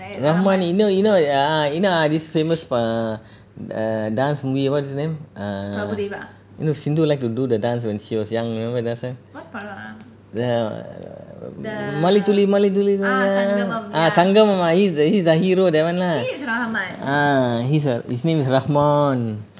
ரகுமான்:ragumaan you know you know ya you know this famous err dance movie what's his name err no Sindhu like to do the dance when she was young remember last time the err mazhai thuli mazhai thuli மண்ணில் Sangamam thuli mazhai thuli mannil sangamam ah Sangamam he's the he's the hero that one lah ah he's t~ his name is ரகுமான்:ragumaan